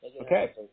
Okay